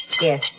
Yes